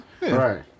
Right